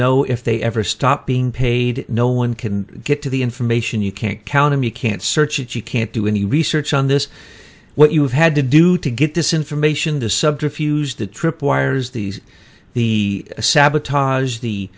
know if they ever stop being paid no one can get to the information you can't count him you can't search it you can't do any research on this what you have had to do to get this information the subterfuge the trip wires these the sabotage the